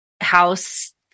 house